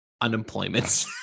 unemployment